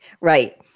right